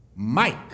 mike